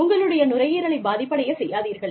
உங்களுடைய நுரையீரலைப் பாதிப்படையச் செய்யாதீர்கள்